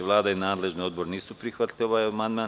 Vlada i nadležni odbor nisu prihvatili ovaj amandman.